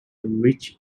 reach